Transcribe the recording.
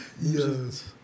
Yes